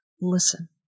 listen